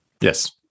Yes